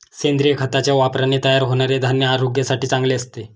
सेंद्रिय खताच्या वापराने तयार होणारे धान्य आरोग्यासाठी चांगले असते